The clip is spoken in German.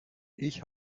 ich